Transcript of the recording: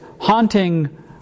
haunting